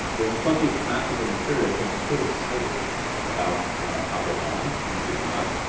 there's plenty of classical material he could have sited about taprobana. he did not.